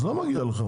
אז לא מגיע לך,